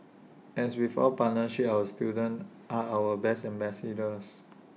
as with all partnerships our students are our best ambassadors